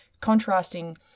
contrasting